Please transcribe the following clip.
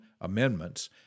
amendments